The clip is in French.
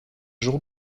jour